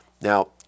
now